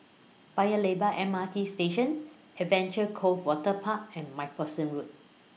Paya Lebar M R T Station Adventure Cove Waterpark and MacPherson Road